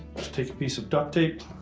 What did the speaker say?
let's take a piece of duct tape,